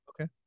Okay